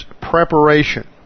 preparation